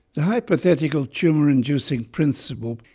the hypothetical tumour inducing principle